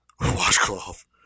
washcloth